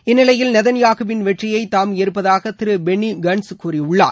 இந்நிலையில் நேதகுயாகுவின் வெற்றியை தாம் ஏற்பதாக திரு பென்னி கன்ஸ் கூறியுள்ளார்